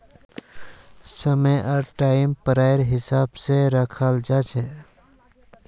समयावधि पढ़ाईर टाइम सीमार हिसाब स रखाल जा छेक